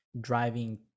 driving